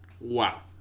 Wow